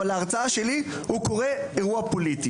אבל להרצאה שלי הוא קורא אירוע פוליטי.